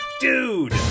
Dude